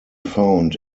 found